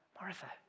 Martha